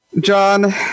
John